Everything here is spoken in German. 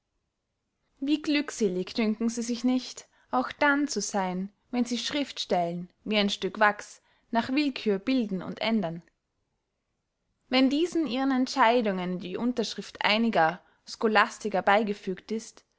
wie glückselig dünken sie sich nicht auch dann zu seyn wenn sie schriftstellen wie ein stück wachs nach willkühr bilden und ändern wenn diesen ihren entscheidungen die unterschrift einiger scholastiker beygefügt ist